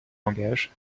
langages